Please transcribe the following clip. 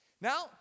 Now